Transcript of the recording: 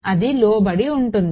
అది లోబడి ఉంటుంది